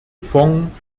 fonds